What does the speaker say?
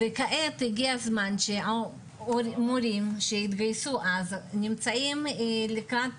וכעת הגיע הזמן שהמורים שהתגייסו אז ונמצאים לקראת